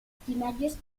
primarios